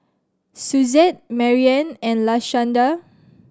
Suzette Marian and Lashanda